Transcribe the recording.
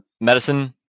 medicine